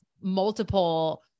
multiple